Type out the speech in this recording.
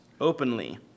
openly